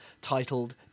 titled